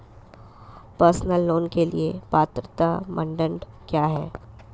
Personal loan के लिए पात्रता मानदंड क्या हैं?